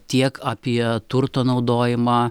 tiek apie turto naudojimą